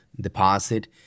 deposit